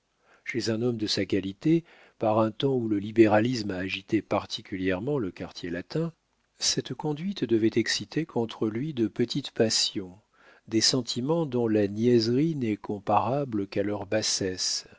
chez un homme de sa qualité par un temps où le libéralisme agitait particulièrement le quartier latin cette conduite devait exciter contre lui de petites passions des sentiments dont la niaiserie n'est comparable qu'à leur bassesse